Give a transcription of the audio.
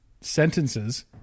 sentences